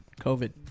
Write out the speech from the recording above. COVID